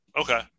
Okay